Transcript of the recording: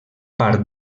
part